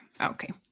okay